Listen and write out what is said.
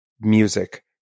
music